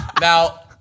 now